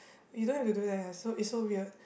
you don't have to do that ah so it's so weird